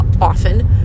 often